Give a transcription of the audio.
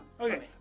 Okay